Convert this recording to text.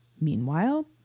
Meanwhile